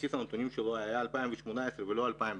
שבסיס הנתונים שלו היה 2018 ולא 2019,